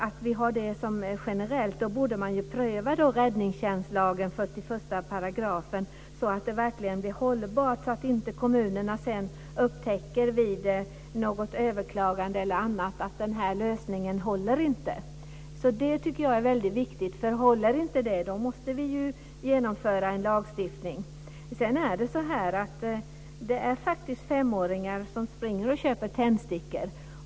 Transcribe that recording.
Om vi ska ha det så här generellt så borde man pröva räddningstjänstlagens 41 § så att det hela verkligen blir hållbart, och så att kommunerna inte sedan vid något överklagande etc. upptäcker att denna lösning inte håller. Det här tycker jag är viktigt. Håller inte denna lösning så måste vi genomföra en lagstiftning. Det finns faktiskt femåringar som springer och köper tändstickor.